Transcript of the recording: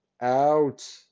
out